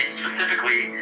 specifically